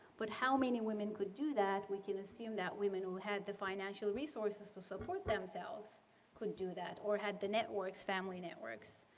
but how many women could do that, we can assume that women who had the financial resources to support themselves could do that or had the networks, family networks,